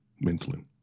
mentally